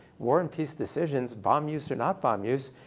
war and peace decisions, bomb use or not bomb use.